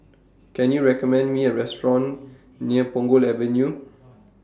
Can YOU recommend Me A Restaurant near Punggol Avenue